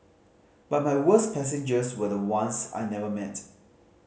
but my worst passengers were the ones I never met